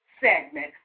segment